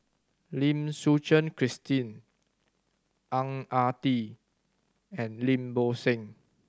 Lim Suchen Christine Ang Ah Tee and Lim Bo Seng